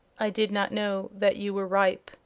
i did not know that you were ripe,